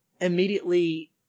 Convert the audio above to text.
immediately